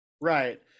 Right